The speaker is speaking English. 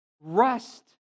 rest